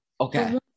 Okay